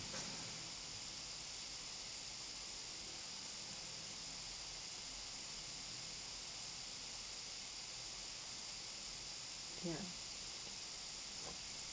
ya